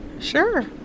Sure